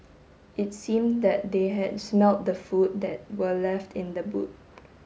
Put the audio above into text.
it seem that they had smelt the food that were left in the boot